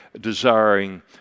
desiring